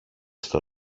στο